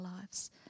lives